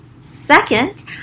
Second